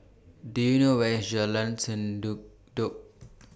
Do YOU know Where IS Jalan Sendudok